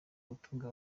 gutunga